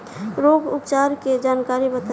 रोग उपचार के जानकारी बताई?